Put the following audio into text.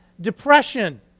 Depression